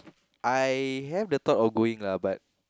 I have the thought of going lah but